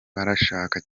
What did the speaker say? barashaka